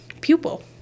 pupil